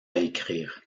écrire